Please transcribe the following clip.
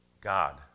God